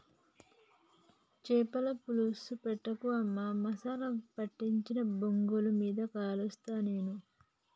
చాపల పులుసు పెట్టకు అమ్మా మసాలా పట్టించి బొగ్గుల మీద కలుస్తా నేను